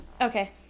Okay